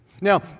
Now